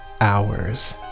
hours